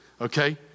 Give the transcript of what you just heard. okay